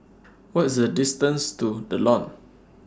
What IS The distance to The Lawn